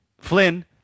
Flynn